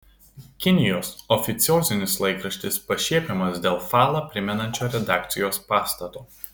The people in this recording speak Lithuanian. kinijos oficiozinis laikraštis pašiepiamas dėl falą primenančio redakcijos pastato